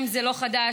לכם זה לא חדש,